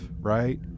right